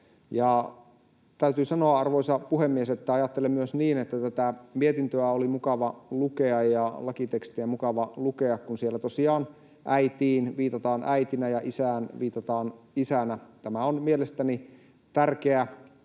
Täytyy sanoa, arvoisa puhemies, että ajattelen myös niin, että tätä mietintöä ja lakitekstiä oli mukava lukea, kun siellä tosiaan äitiin viitataan äitinä ja isään viitataan isänä. Tämä on mielestäni tärkeä